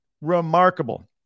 Remarkable